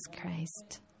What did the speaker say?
Christ